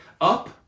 Up